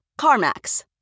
CarMax